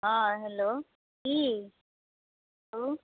हँ हेलो की कहु